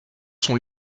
sont